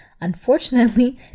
Unfortunately